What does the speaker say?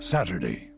Saturday